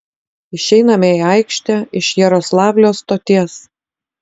išeiname į aikštę iš jaroslavlio stoties